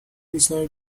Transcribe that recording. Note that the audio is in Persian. روزنامه